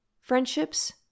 Friendships